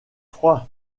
froid